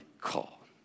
call